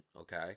okay